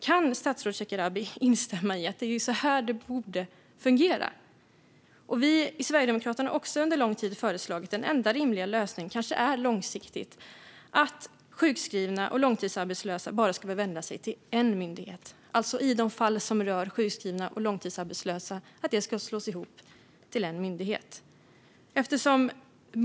Kan statsrådet Shekarabi instämma i att det är så här det borde fungera? Vi i Sverigedemokraterna har under lång tid föreslagit att sjukskrivna och långtidsarbetslösa bara ska behöva vända sig till en enda myndighet. Det kanske är den enda rimliga lösningen långsiktigt i de fall som rör långtidsarbetslösa och sjukskrivna att det som gäller dem ska slås ihop till en myndighet.